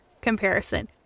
comparison